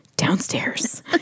downstairs